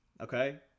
Okay